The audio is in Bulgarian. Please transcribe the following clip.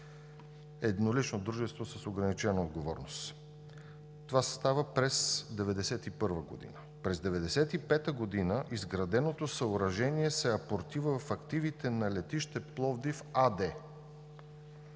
еднолично дружество с ограничена отговорност. Това става през 1991 г. През 1995 г. изграденото съоръжение се апортира в активите на „Летище Пловдив“ АД.